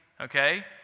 okay